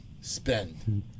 spend